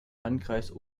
landkreis